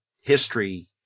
history